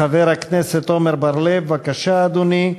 חבר הכנסת עמר בר-לב, בבקשה, אדוני,